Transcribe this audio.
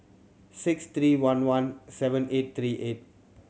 six three one one seven eight three eight